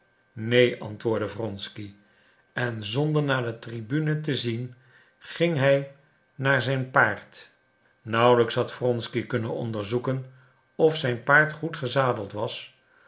neen antwoordde wronsky en zonder naar de tribune te zien ging hij naar zijn paard nauwelijks had wronsky kunnen onderzoeken of zijn paard goed gezadeld was